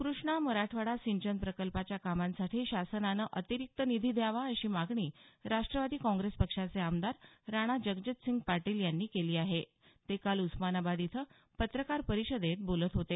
कृष्णा मराठवाडा सिंचन प्रकल्पाच्या कामांसाठी शासनानं अतिरिक्त निधी द्यावा अशी मागणी राष्ट्रवादी काँग्रेस पक्षाचे आमदार राणा जगजितसिंह पाटील यांनी केली आहे ते काल उस्मानाबाद इथं पत्रकार परिषदेत बोलत होते